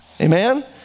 Amen